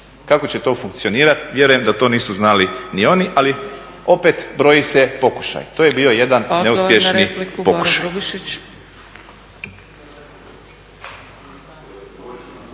Kako će to funkcionirati, vjerujem da to nisu znali ni oni, ali opet broji se pokušaj. To je bio jedan neuspješni pokušaj.